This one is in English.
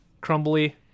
crumbly